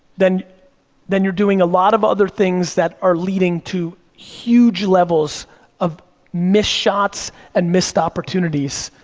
then then you're doing a lot of other things that are leading to huge levels of missed shots and missed opportunities,